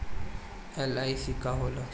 LIC का होला?